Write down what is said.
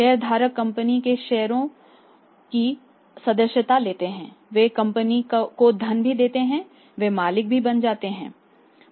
शेयरधारक कंपनी के शेयरों की सदस्यता लेते हैं वे कंपनी को धन भी देते हैं वे मालिक भी बन जाते हैं